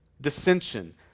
Dissension